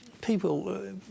People